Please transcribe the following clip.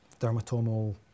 dermatomal